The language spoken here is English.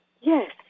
Yes